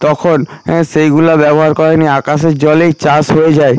তখন হ্যাঁ সেইগুলো ব্যবহার করে নিয়ে আকাশের জলেই চাষ হয়ে যায়